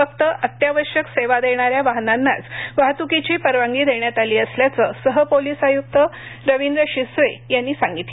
फक्त अत्यावश्यक सेवा देणाऱ्या वाहनांनाच वाहतुकीची परवानगी देण्यात आली असल्याचं सह पोलिस आयुक्त रवींद्र शिसवे यांनी सांगितलं